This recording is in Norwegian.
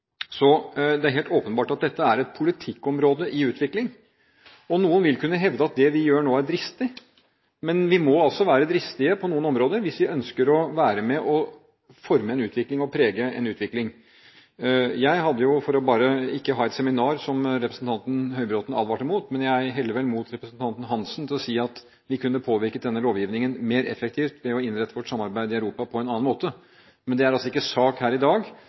Så det er helt åpenbart at dette er et politikkområde i utvikling. Noen vil kunne hevde at det vi gjør nå, er dristig, men vi må være dristige på noen områder hvis vi ønsker å være med og forme og prege en utvikling. For ikke bare å ha et seminar, som representanten Høybråten advarte mot, heller jeg vel mot representanten Hansen, ved å si at vi kunne påvirket denne lovgivningen mer effektivt ved å innrette vårt samarbeid i Europa på en annen måte. Men det er altså ikke en sak her i dag.